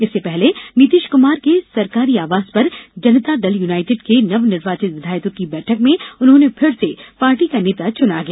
इससे पहले नीतीश कुमार के सरकारी आवास पर जनता दल यूनाइटेड के नवनिर्वाचित विधायकों की बैठक में उन्हें फिर से पार्टी का नेता चुना गया